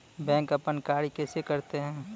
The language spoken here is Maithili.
बैंक अपन कार्य कैसे करते है?